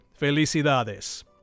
Felicidades